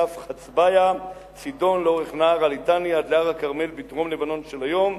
קו חצביה צידון לאורך נהר הליטני עד להר הכרמל בדרום-לבנון של היום,